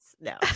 No